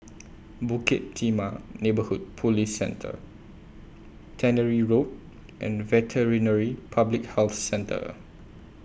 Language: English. Bukit Timah Neighbourhood Police Centre Tannery Road and Veterinary Public Health Centre